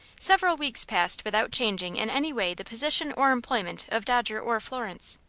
several weeks passed without changing in any way the position or employment of dodger or florence.